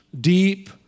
deep